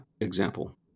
example